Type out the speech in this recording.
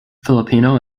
filipino